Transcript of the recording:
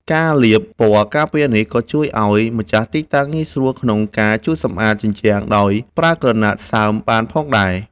ការលាបថ្នាំការពារនេះក៏ជួយឱ្យម្ចាស់ទីតាំងងាយស្រួលក្នុងការជូតសម្អាតជញ្ជាំងដោយប្រើក្រណាត់សើមបានផងដែរ។